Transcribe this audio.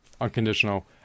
unconditional